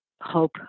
hope